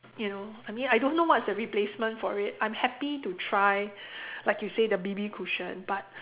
you know I mean I don't know what's the replacement for it I'm happy to try like you say the B_B cushion but